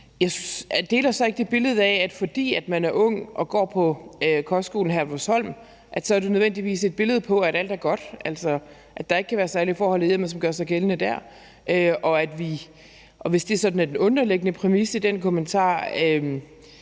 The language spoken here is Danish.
Jeg deler så ikke det billede af, at fordi man er ung og går på kostskolen Herlufsholm, er det nødvendigvis et billede på, at alt er godt, altså at der ikke kan være særlige forhold i hjemmet, som gør sig gældende dér. Hvis det sådan er den underliggende præmis i den kommentar,